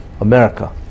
America